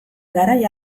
garai